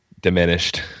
diminished